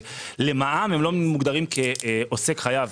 למע"מ הם לא מוגדרים כעוסק חייב,